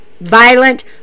Violent